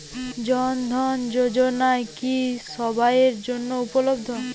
জন ধন যোজনা কি সবায়ের জন্য উপলব্ধ?